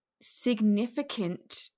significant